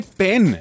pen